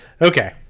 Okay